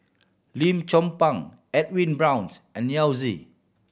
Lim Chong Pang Edwin Browns and Yao Zi